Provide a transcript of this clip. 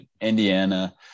Indiana